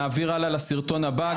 נעביר הלאה לסרטון הבא.